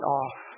off